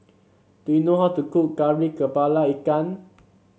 do you know how to cook Kari kepala Ikan